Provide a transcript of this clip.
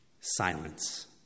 Silence